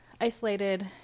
isolated